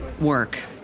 work